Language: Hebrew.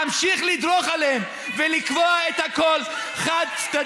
להמשיך לדרוך עליהם ולקבוע את הכול חד-צדדי,